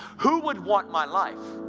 who would want my life?